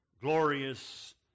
glorious